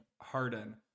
Harden